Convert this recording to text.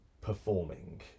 performing